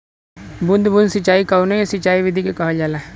बूंद बूंद सिंचाई कवने सिंचाई विधि के कहल जाला?